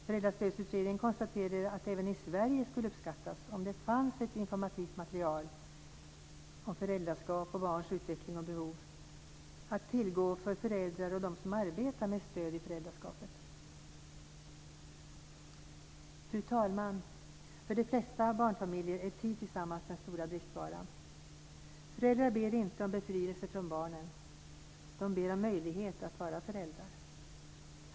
Föräldrastödsutredningen konstaterade att det även i Sverige skulle uppskattas om det fanns ett informativt material om föräldraskap och barns utveckling och behov att tillgå för föräldrar och för dem som arbetar med stöd i föräldraskapet. Fru talman! För de flesta barnfamiljer är tid tillsammans den stora bristvaran. Föräldrar ber inte om befrielse från barnen; de ber om möjlighet att vara föräldrar.